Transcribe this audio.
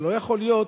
אבל לא יכול להיות